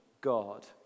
God